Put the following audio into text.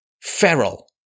feral